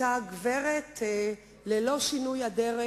אותה הגברת ללא שינוי אדרת,